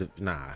nah